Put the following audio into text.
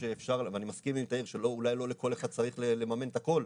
ואני מסכים עם תאיר שאולי לא לכל אחד צריך לממן את הכל,